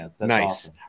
nice